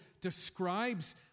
describes